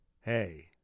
hey